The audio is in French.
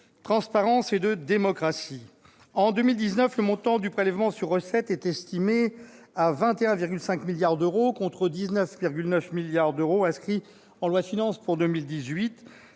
transparence et de démocratie. Pour 2019, le montant du prélèvement sur recettes est estimé à 21,5 milliards d'euros, contre 19,9 milliards d'euros inscrits en loi de finances pour 2018.